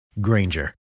Granger